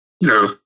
No